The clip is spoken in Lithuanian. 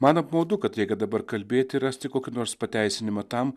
man apmaudu kad reikia dabar kalbėti ir rasti kokį nors pateisinimą tam